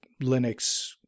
Linux